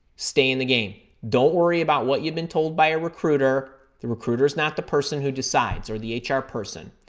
stay in the game. don't worry about what you've been told by a recruiter. the recruiter is not the person who decides, or the ah hr person.